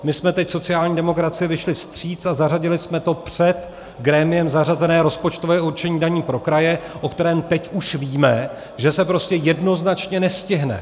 My jsme teď sociální demokracii vyšli vstříc a zařadili jsme to před grémiem zařazené rozpočtové určení daní pro kraje, o kterém teď už víme, že se prostě jednoznačně nestihne.